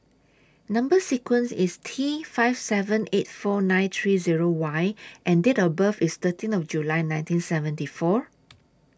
Number sequence IS T five seven eight four nine three Zero Y and Date of birth IS thirteen of July nineteen seventy four